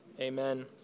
Amen